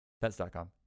pets.com